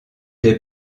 des